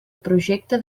projecte